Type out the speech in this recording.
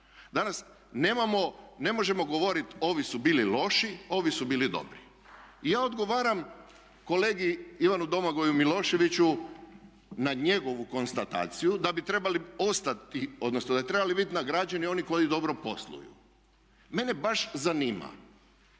Danas ne možemo govoriti ovi su bili loši, ovi su bili dobri. I ja odgovaram kolegi Ivanu Domagoju Miloševiću na njegovu konstataciju da bi trebali ostati, odnosno da bi trebali biti nagrađeni oni koji dobro posluju. Mene baš zanima